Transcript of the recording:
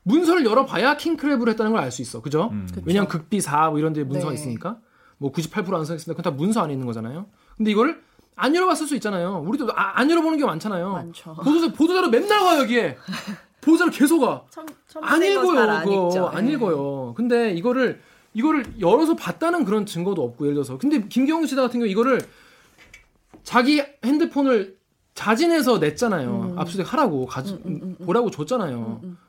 문서를 열어봐야 킹크랩으로 했다는 걸 알 수 있어. 그죠? 음. 그쵸. 왜냐면 극비사 뭐 이런 데 문서가 네. 있으니까. 뭐 98% 안 써있습니다. 그건 다 문서 안에 있는 거잖아요. 근데 이거를 안 열어봤을 수 있잖아요. 우리도 아- 안 열어보는 게 많잖아요. 많죠. 보도자- 보도자료 맨날 와요, 여기에. 보도자료 계속 와. 첨- 첨부된 안 거 읽어요, 잘 안 읽죠. 그거. 안 예. 읽어요. 근데 이거를- 이거를 열어서 봤다는 그런 증거도 없고, 예를 들어서. 근데 김경수 지사 같은 경우 이거를 자기 핸드폰을 자진해서 냈잖아요. 음. 압수수색하라고 가지- 음, 음, 음, 음. 보라고 줬잖아요. 음, 음.